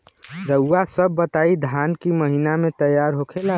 रउआ सभ बताई धान क महीना में तैयार होखेला?